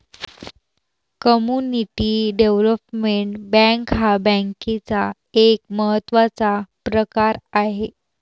community development bank हा बँकेचा एक महत्त्वाचा प्रकार आहे